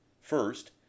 First